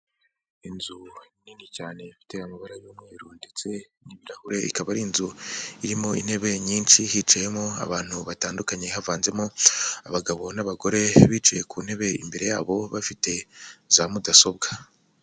Inzu nini cyane ifite amabara y'umweru ndetse n'ibirahure ikaba ari inzu irimo intebe nyinshi hicayemo abantu batandukanye havanzemo abagabo n'abagore bicaye ku ntebe, imbere yabo bafite za mudasobwa.